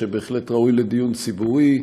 שבהחלט ראוי לדיון ציבורי.